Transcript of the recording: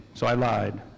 so i lied.